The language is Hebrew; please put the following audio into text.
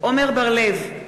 עמר בר-לב,